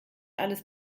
alles